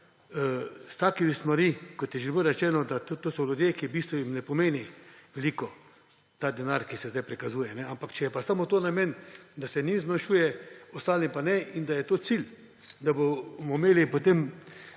s takšnimi stvarmi – kot je že bilo rečeno, to so ljudje, ki jim v bistvu ne pomeni veliko ta denar, ki se zdaj prikazuje. Ampak če je samo to namen, da se njim zmanjšuje, ostalim pa ne, in je cilj to, da bomo potem